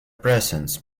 presence